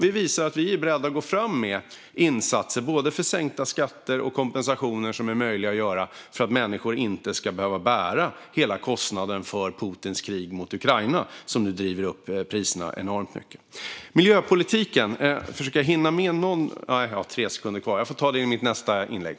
Vi visar alltså att vi är beredda att gå fram med insatser för de skattesänkningar och kompensationer som är möjliga att göra. Människor ska inte behöva bära hela kostnaden för Putins krig mot Ukraina, som nu driver upp priserna enormt mycket. Jag hade velat säga något om miljöpolitiken, men eftersom jag bara har tre sekunder kvar på min talartid får jag ta det i mitt nästa inlägg.